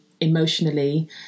emotionally